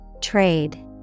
Trade